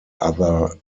other